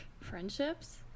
friendships